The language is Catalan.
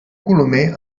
colomer